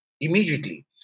immediately